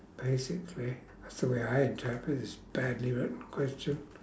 basically that's the way I interpret this badly written question